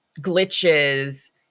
glitches